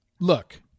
look